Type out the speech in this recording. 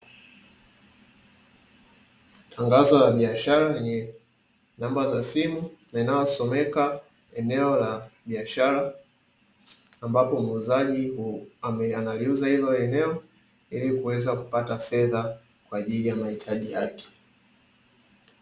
Tangazo la biashara linalohusika na biashara ambapo muuzaji analiuza ilo eneo kwaajili yakupata fedha kwa mahitaji yake